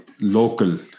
local